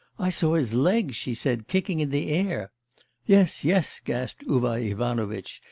i saw his legs she said, kicking in the air yes, yes gasped uvar ivanovitch,